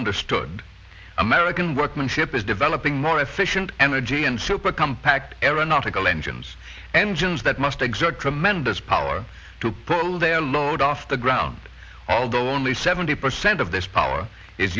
understood american workmanship is developing more efficient energy and super compact aeronautical engines engines that must exert tremendous power to pull their load off the ground although only seventy percent of this power is